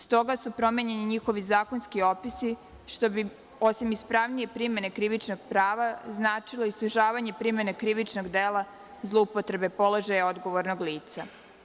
Stoga su promenjeni njihovi zakonski opisi što bi, osim ispravnije primene krivičnog prava, značilo i sužavanje primene krivičnog dela zloupotrebe položaja odgovornog lica.